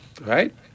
Right